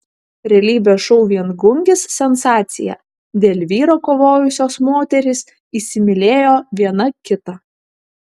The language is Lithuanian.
realybės šou viengungis sensacija dėl vyro kovojusios moterys įsimylėjo viena kitą